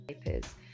papers